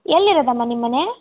ಎಲ್ಲಿ ಇರೋದಮ್ಮ ನಿಮ್ಮನೆ